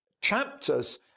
chapters